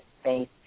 space